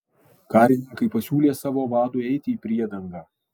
karininkai pasiūlė savo vadui eiti į priedangą